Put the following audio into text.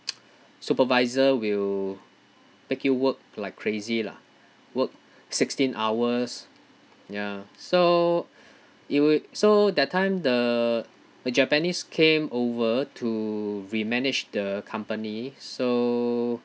supervisor will make you work like crazy lah work sixteen hours ya so it will so that time the japanese came over to re-manage the company so